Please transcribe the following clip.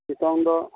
ᱱᱤᱛᱚᱝ ᱫᱚ